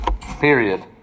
Period